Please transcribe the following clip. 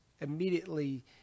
immediately